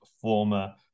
former